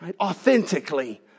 authentically